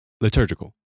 Liturgical